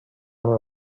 amb